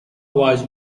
was